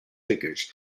figures